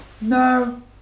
No